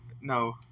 No